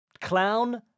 clown